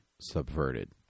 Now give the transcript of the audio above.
subverted